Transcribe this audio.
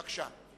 בבקשה.